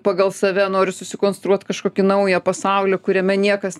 pagal save noriu susikonstruot kažkokį naują pasaulį kuriame niekas